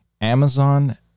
Amazon